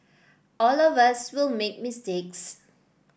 all of us will make mistakes